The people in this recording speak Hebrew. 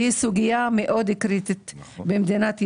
היא סוגיה מאוד קריטית במדינת ישראל,